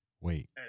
Wait